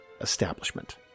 establishment